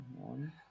one